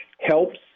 helps